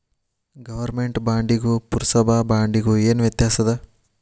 government ಬಾಂಡಿಗೂ ಪುರ್ಸಭಾ ಬಾಂಡಿಗು ಏನ್ ವ್ಯತ್ಯಾಸದ